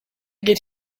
geht